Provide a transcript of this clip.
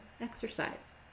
exercise